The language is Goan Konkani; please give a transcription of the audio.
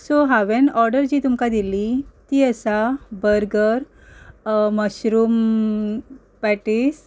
सो हांवें ऑर्डर जी तुमकां दिल्ली ती आसा बर्गर मशरूम पॅटीस